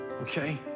Okay